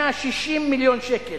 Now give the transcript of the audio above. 160 מיליון שקל,